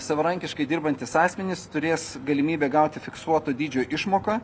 savarankiškai dirbantys asmenys turės galimybę gauti fiksuoto dydžio išmoką